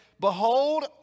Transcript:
Behold